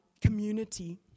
community